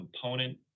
component